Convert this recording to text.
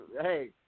Hey